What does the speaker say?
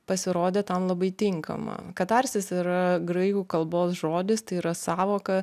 pasirodė tam labai tinkama katarsis yra graikų kalbos žodis tai yra sąvoka